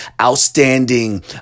outstanding